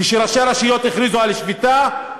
כשראשי רשויות הכריזו על שביתה,